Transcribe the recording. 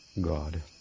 God